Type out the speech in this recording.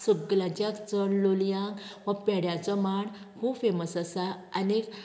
सगल्याच्याच चड लोलयां हो पेड्याचो मांड खूब फेमस आसा आनीक